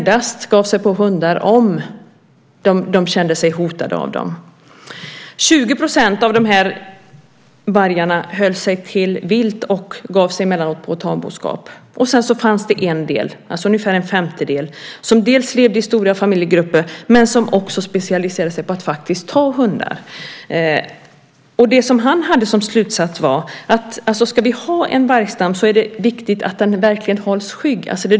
De ger sig på hundar endast om de känner sig hotade av dem. 20 % av vargarna håller sig till vilt och ger sig emellanåt på tamboskap. Sedan är det ungefär en femtedel som dels lever i familjegrupper, dels specialiserar sig på att ta hundar. Hans slutsats är att en vargstam ska hållas skygg.